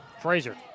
Frazier